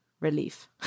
Relief